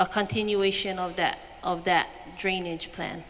a continuation of that of that drainage plan